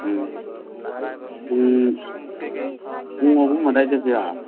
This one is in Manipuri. ꯎꯝ ꯄꯨꯡ ꯄꯨꯡ ꯑꯍꯨꯝ ꯑꯗꯨꯋꯥꯏ ꯆꯠꯁꯤꯔ